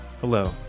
Hello